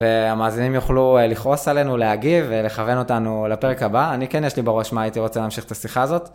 והמאזינים יוכלו לכעוס עלינו, להגיב ולכוון אותנו לפרק הבא. אני כן יש לי בראש מה הייתי רוצה להמשיך את השיחה הזאת.